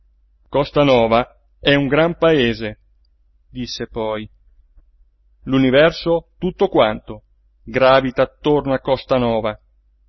dito costanova è un gran paese disse poi l'universo tutto quanto gràvita attorno a